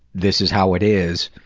this is how it is.